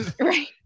right